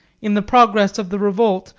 in the progress of the revolt,